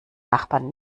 nachbarn